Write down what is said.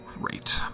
Great